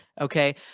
Okay